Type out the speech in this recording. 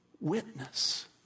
witness